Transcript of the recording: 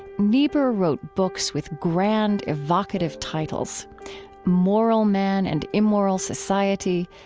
niebuhr wrote books with grand, evocative titles moral man and immoral society,